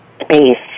Space